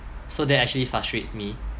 so that actually frustrates me